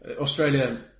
Australia